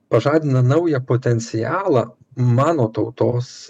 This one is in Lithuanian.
pažadina naują potencialą mano tautos